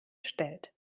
stellt